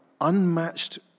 unmatched